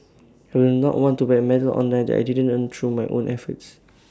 I will not want to buy A medal online that I didn't earn through my own efforts